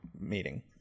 meeting